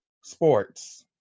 sports